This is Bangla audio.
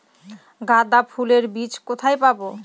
গাঁদা ফুলের বীজ কোথায় পাবো?